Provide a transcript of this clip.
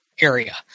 area